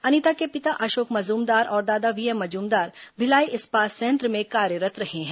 अनिता के पिता अशोक मजुमदार और दादा वीएम मजूमदार भिलाई इस्पात संयंत्र में कार्यरत् रहे हैं